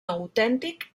autèntic